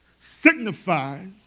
signifies